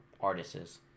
Artists